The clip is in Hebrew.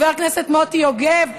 חבר הכנסת מוטי יוגב,